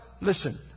listen